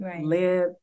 Live